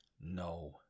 no